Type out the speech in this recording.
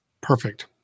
perfect